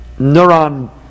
neuron